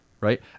right